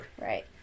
right